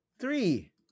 Three